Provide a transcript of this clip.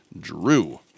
Drew